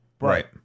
Right